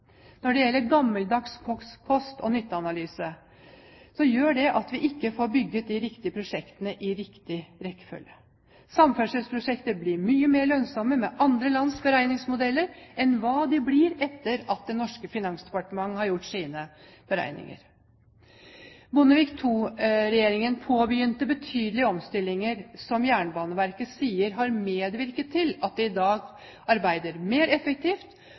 Når det gjelder gammeldags kost–nytte-analyse, gjør det at vi ikke får bygd de riktige prosjektene i riktig rekkefølge. Samferdselsprosjekter blir mye mer lønnsomme med andre lands beregningsmodeller enn hva de blir etter at det norske Finansdepartementet har gjort sine beregninger. Bondevik II-regjeringen påbegynte betydelige omstillinger som Jernbaneverket sier har medvirket til at de i dag arbeider mer effektivt